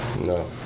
no